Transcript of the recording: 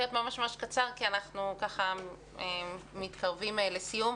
לדבר בקצרה כי אנחנו מתקרבים לסיום.